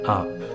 up